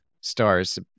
stars